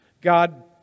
God